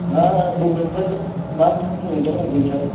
मा बबेनिफ्राय मा बुंहरदों बबेनिफ्राय